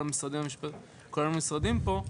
כולל המשרדים פה,